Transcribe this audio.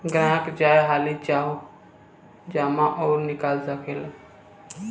ग्राहक जय हाली चाहो जमा अउर निकाल सकेला